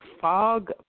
fog